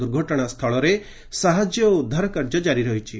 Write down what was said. ଦୁର୍ଘଟଣାସ୍ଥଳରେ ସାହାଯ୍ୟ ଓ ଉଦ୍ଧାରକାର୍ଯ୍ୟ କାରି ରହିଛି